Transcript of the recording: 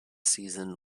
season